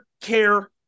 care